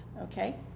Okay